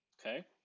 Okay